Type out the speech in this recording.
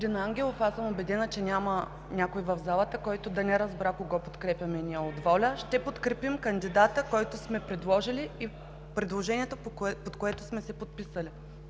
Ангелов, аз съм убедена, че няма някой в залата, който да не е разбрал кого подкрепяме ние от ВОЛЯ. Ще подкрепим кандидата, който сме предложили, и предложението, под което сме се подписали.